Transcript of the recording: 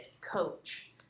coach